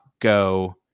go